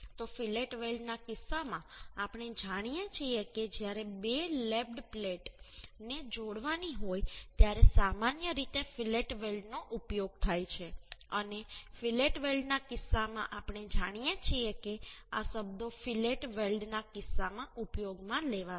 તો ફિલેટ વેલ્ડના કિસ્સામાં આપણે જાણીએ છીએ કે જ્યારે બે લેપ્ડ પ્લેટ ને જોડવાની હોય ત્યારે સામાન્ય રીતે ફીલેટ વેલ્ડનો ઉપયોગ થાય છે અને ફીલેટ વેલ્ડના કિસ્સામાં આપણે જાણીએ છીએ કે આ શબ્દો ફીલેટ વેલ્ડના કિસ્સામાં ઉપયોગમાં લેવાશે